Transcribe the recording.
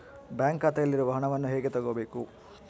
Bank ಖಾತೆಯಲ್ಲಿರುವ ಹಣವನ್ನು ಹೇಗೆ ತಗೋಬೇಕು?